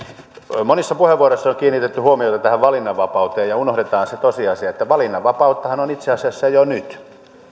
harteille monissa puheenvuoroissa on kiinnitetty huomiota tähän valinnanvapauteen ja unohdetaan se tosiasia että valinnanvapauttahan on itse asiassa jo nyt